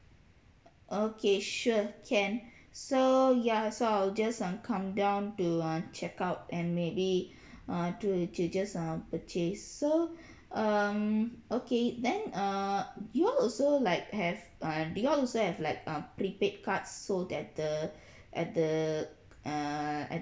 okay sure can so ya so I'll just um come down to uh check out and maybe uh to to just uh purchase so um okay then err you all also like have uh do you all also have like um prepaid card so that the at the err at